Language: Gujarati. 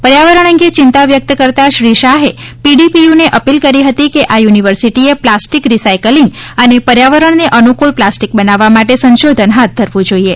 પર્યાવરણ અંગે ચિંતા વ્યક્ત કરતા શ્રી શાહે પીડીપીયુને અપીલ કરી હતી કે આ યુનિવર્સિટીએ પ્લાસ્ટીક રીસાયક્લીંગ અને પર્યાવરણને અનુકૂળ પ્લાસ્ટિક બનાવવા માટે સંશોધન હાથ ધરવું જોઈએ